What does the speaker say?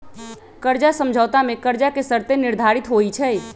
कर्जा समझौता में कर्जा के शर्तें निर्धारित होइ छइ